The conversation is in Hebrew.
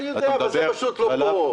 אני יודע, אבל זה פשוט לא פה.